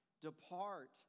Depart